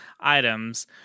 items